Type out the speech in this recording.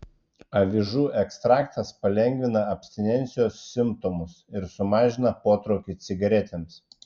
avižų ekstraktas palengvina abstinencijos simptomus ir sumažina potraukį cigaretėms